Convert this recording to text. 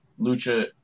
Lucha